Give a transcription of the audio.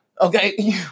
Okay